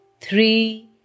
three